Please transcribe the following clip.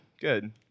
good